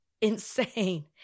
insane